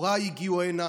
הוריי הגיעו הנה,